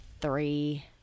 three